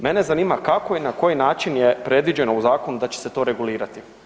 Mene zanima kako i na koji način je predviđeno u zakonu da će se to regulirati?